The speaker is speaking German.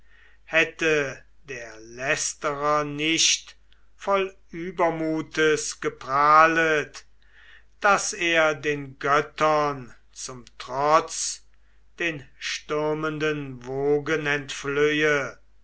hätte der lästerer nicht voll übermutes geprahlet daß er den göttern zum trotz den stürmenden wogen